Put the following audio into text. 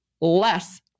less